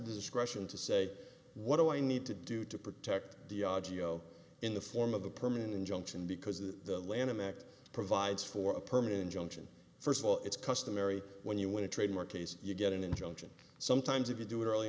discretion to say what do i need to do to protect the audio in the form of the permanent injunction because the lanham act provides for a permanent injunction first of all it's customary when you want to trademark case you get an injunction sometimes if you do it early